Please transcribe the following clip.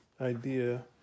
idea